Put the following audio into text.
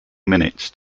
minutes